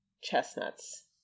chestnuts